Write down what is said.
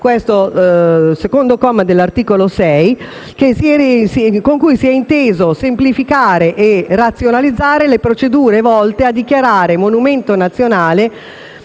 l'altro è costituito dall'articolo 6, con cui si è inteso semplificare e razionalizzare le procedure volte a dichiarare un bene monumento nazionale